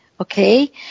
Okay